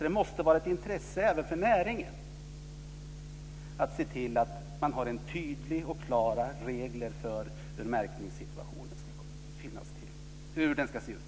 Det måste vara ett intresse även för näringen att se till att det finns tydliga och klara regler för hur märkningen ska se ut.